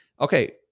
okay